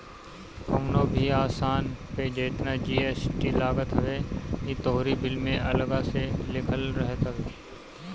कवनो भी सामान पे जेतना जी.एस.टी लागत हवे इ तोहरी बिल में अलगा से लिखल रहत हवे